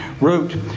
wrote